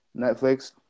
Netflix